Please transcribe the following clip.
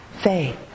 faith